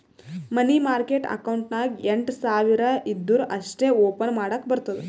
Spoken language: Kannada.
ಮನಿ ಮಾರ್ಕೆಟ್ ಅಕೌಂಟ್ ನಾಗ್ ಎಂಟ್ ಸಾವಿರ್ ಇದ್ದೂರ ಅಷ್ಟೇ ಓಪನ್ ಮಾಡಕ್ ಬರ್ತುದ